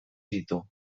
ditu